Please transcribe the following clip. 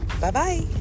Bye-bye